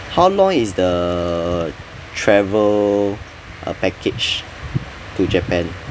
how long is the travel uh package to japan